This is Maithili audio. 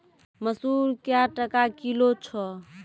मसूर क्या टका किलो छ?